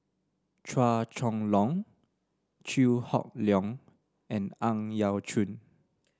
Chua Chong Long Chew Hock Leong and Ang Yau Choon